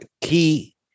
key